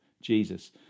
Jesus